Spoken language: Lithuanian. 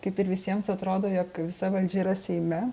kaip ir visiems atrodo jog visa valdžia yra seime